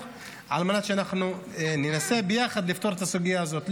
על מנת לנסות לפתור את הסוגיה הזאת ביחד.